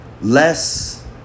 less